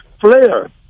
flair